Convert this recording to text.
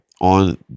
on